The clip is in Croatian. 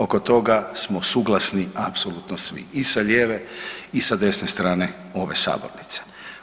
Oko toga smo suglasni apsolutno svi i sa lijeve i sa desne strane ove sabornice.